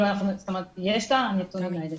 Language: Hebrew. יש את הנתונים האלה.